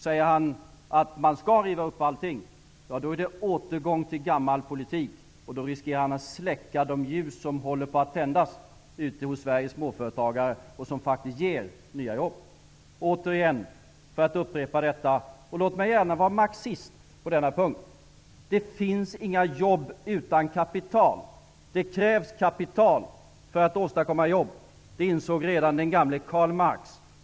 Säger han att de skall riva upp allting är det en återgång till gammal politik. Då riskerar han att släcka de ljus som håller på att tändas ute hos Sveriges småföretagare. De ger faktiskt nya jobb. Jag upprepar detta, och låt mig gärna vara marxist på denna punkt: Det finns inga jobb utan kapital. Det krävs kapital för att åstadkomma jobb. Det insåg redan den gamle Karl Marx.